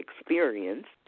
experienced